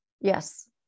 Yes